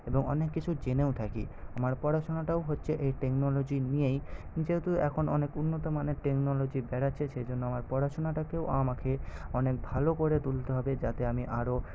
এবং অনেক কিছু জেনেও থাকি আমার পড়াশোনাটাও হচ্ছে এই টেকনোলজি নিয়েই যেহেতু এখন অনেক উন্নত মানের টেকনোলজি বেরোচ্ছে সেইজন্য আমার পড়াশোনাটাকেও আমাকে অনেক ভালো করে তুলতে হবে যাতে আমি আরও